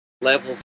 levels